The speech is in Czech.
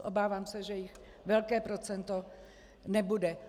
Obávám se, že jich velké procento nebude.